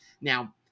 Now